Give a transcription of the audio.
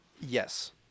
Yes